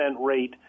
rate